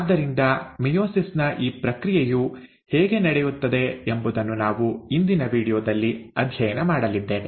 ಆದ್ದರಿಂದ ಮಿಯೋಸಿಸ್ ನ ಈ ಪ್ರಕ್ರಿಯೆಯು ಹೇಗೆ ನಡೆಯುತ್ತದೆ ಎಂಬುದನ್ನು ನಾವು ಇಂದಿನ ವೀಡಿಯೋದಲ್ಲಿ ಅಧ್ಯಯನ ಮಾಡಲಿದ್ದೇವೆ